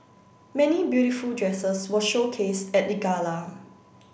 many beautiful dresses were showcased at the gala